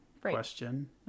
question